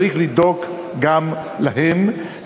צריך לדאוג גם להן,